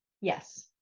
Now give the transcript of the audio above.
Yes